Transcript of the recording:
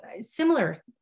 similar